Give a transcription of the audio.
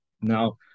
Now